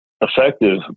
effective